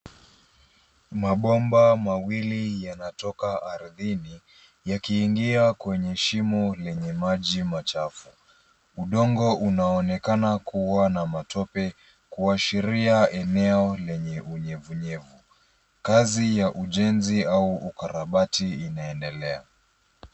Mabomba mawili yanatoka ardhini yakiingia kwenye shimo lenye maji machafu. Udongo unaonekana kuwa na matope kuashiria eneo lenye unyevunyevu. Kazi ya ujenzi au ukarabati inaendelea.